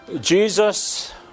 Jesus